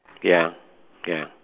ya ya